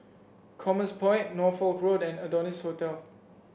Commerce Point Norfolk Road and Adonis Hotel